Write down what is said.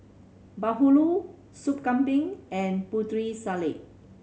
bahulu Soup Kambing and Putri Salad